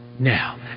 Now